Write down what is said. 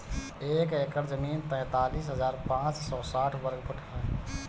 एक एकड़ जमीन तैंतालीस हजार पांच सौ साठ वर्ग फुट ह